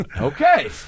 Okay